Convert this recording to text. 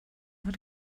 hat